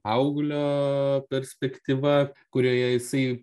paauglio perspektyva kurioje jisai